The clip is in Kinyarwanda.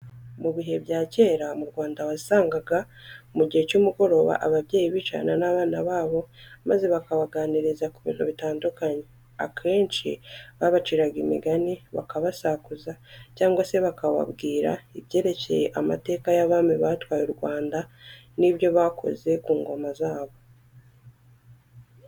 Mu bihe bya kera mu Rwanda wasangaga mu gihe cy'umugoroba ababyeyi bicarana n'abana babo maze bakabaganiriza ku bintu bitandukanye. Akenshi babaciraga imigani, bakabasakuza cyangwa se bakababwira ibyerekeye amateka y'abami batwaye u Rwanda n'ibyo bakoze ku ngoma zabo.